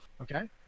okay